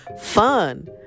fun